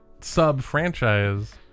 sub-franchise